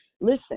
Listen